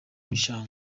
bishanga